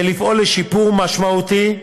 ולפעול לשיפור משמעותי,